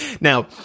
Now